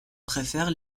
préfèrent